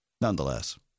Nonetheless